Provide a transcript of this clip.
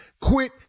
Quit